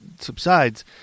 subsides